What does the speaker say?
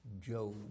Job